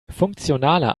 funktionaler